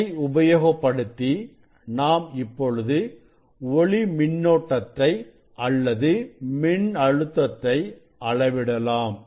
இதை உபயோகப்படுத்தி நாம் இப்பொழுது ஒளி மின்னோட்டத்தை அல்லது மின்னழுத்தத்தை அளவிடலாம்